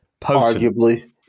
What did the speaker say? arguably